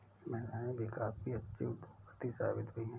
महिलाएं भी काफी अच्छी उद्योगपति साबित हुई हैं